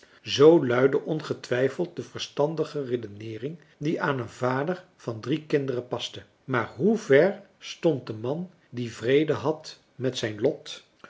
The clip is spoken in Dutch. zoo luidde ongetwijfeld de verstandige redeneering die aan een vader van drie kinderen paste maar hoe ver stond de man die vrede had met zijn lot